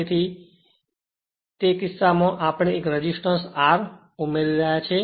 તેથી તે કિસ્સામાં આપણે એક રેઝિસ્ટન્સ R ઉમેરી રહ્યા છીએ